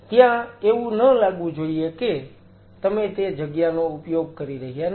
ત્યાં એવું ન લાગવું જોઈએ કે તમે તે જગ્યાનો ઉપયોગ કરી રહ્યા નથી